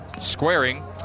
Squaring